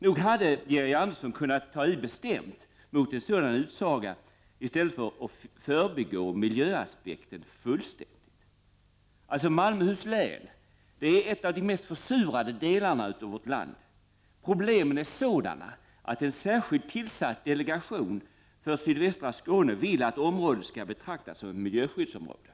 Nog hade Georg Andersson kunnat ta i bestämt mot en sådan utsaga, i stället för att förbigå miljöaspekten fullständigt? Malmöhus län är en av de mest försurade delarna av vårt land. Problemen är sådana att en särskilt tillsatt delegation för sydvästra Skåne vill att området skall betraktas som miljöskyddsområde.